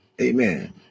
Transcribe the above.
amen